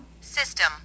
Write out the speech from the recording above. System